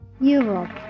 Europe